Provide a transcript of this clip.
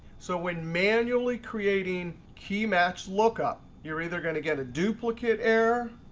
so when manually creating key match lookup, you're either going to get a duplicate error,